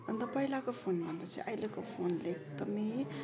अन्त पहिलाको फोनभन्दा चाहिँ अहिलेको फोनले एकदमै